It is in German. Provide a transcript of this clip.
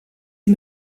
ihm